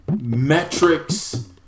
metrics